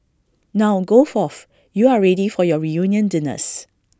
now go forth you are ready for your reunion dinners